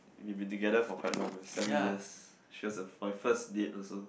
we have been together for quite long seven years she was a my first date also